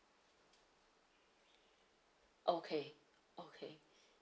okay okay